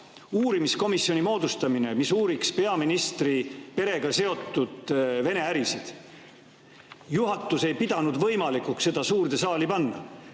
uurimiskomisjoni moodustamine, mis uuriks peaministri perega seotud Vene ärisid. Juhatus ei pidanud võimalikuks seda suurde saali panna.